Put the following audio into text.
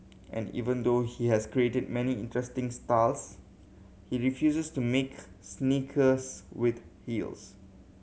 and even though he has created many interesting stars he refuses to make sneakers with heels